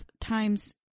times